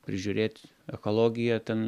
prižiūrėt ekologiją ten